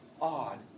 odd